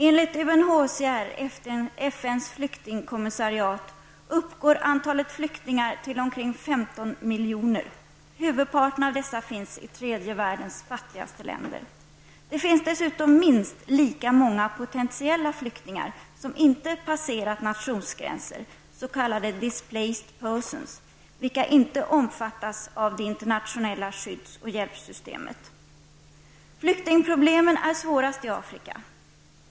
Enligt UNHCR -- FNs flyktingkommissariat -- uppgår antalet flyktingar till omkring 15 miljoner. Huvudparten av dessa finns i tredje världens fattigaste länder. Det finns dessutom minst lika många potentiella flyktingar som inte passerat nationsgränser, s.k. displaced persons, vilka inte omfattas av det internationella skydds och hjälpsystemet. Flyktingproblemen är svårast i Afrika.